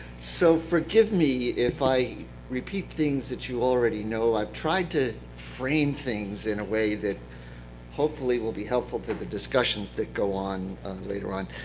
so forgive me if i repeat things that you already know. i've tried to frame things in a way that hopefully will be helpful to the discussions that go on later on.